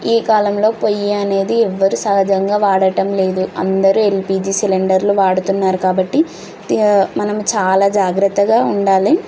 ఈ కాలంలో పొయ్యి అనేది ఎవ్వరు సహజంగా వాడటం లేదు అందరూ ఎల్పిజి సిలిండర్లు వాడుతున్నారు కాబట్టి మనము చాలా జాగ్రత్తగా ఉండాలి